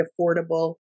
affordable